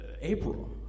April